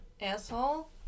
asshole